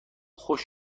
خوش